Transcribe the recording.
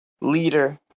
leader